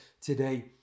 today